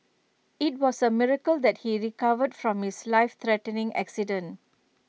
IT was A miracle that he recovered from his life threatening accident